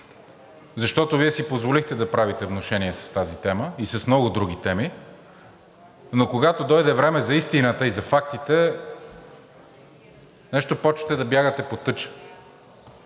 защото Вие си позволихте да правите внушения с тази тема и с много други теми. Но когато дойде време за истината и за фактите, нещо започвате да бягате по тъча,